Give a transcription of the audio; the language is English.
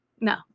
no